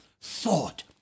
thought